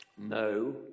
No